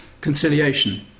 conciliation